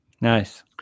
Nice